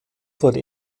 wurde